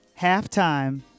Halftime